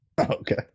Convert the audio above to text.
okay